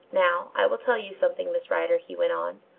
now, i will tell you something, miss rider, he went on.